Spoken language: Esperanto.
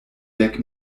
dek